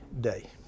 day